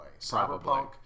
Cyberpunk